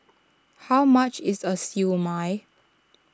how much is Siew Mai